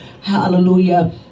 hallelujah